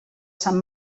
sant